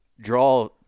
draw